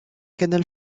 canal